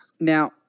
Now